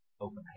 Open